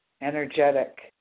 energetic